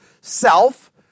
self